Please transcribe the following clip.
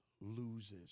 loses